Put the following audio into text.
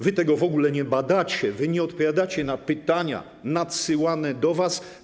Wy tego w ogóle nie badacie, wy nie odpowiadacie na pytania nadsyłane do was.